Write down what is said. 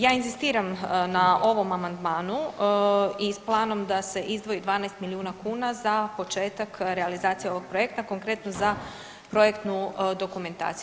Ja inzistiram na ovom amandmanu i s planom da se izdvoji 12 milijuna kuna za početak realizacije ovog projekta, konkretno za projektnu dokumentaciju.